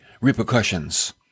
repercussions